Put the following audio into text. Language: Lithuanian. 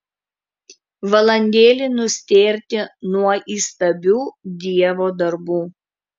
valandėlei nustėrti nuo įstabių dievo darbų